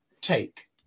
take